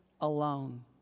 alone